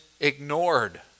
ignored